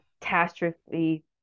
catastrophe